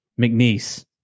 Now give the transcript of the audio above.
McNeese